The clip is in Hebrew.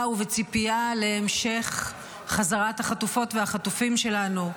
ובציפייה להמשך חזרת החטופות והחטופים שלנו,